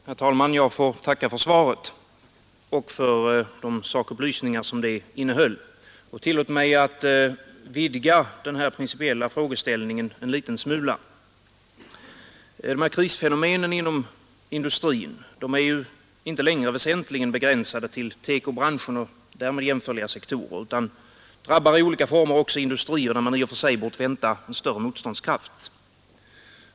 Herr talman! Jag får tacka för svaret och för de sakupplysningar som det innehöll och tillåter mig att vidga den här principiella frågeställningen en liten smula. Krisfenomenen inom industrin är ju inte längre väsentligen begränsade till TEKO-branschen och därmed jämförliga sektorer utan drabbar i olika former också industrier, där man i och för sig bort vänta en större motståndskraft.